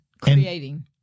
creating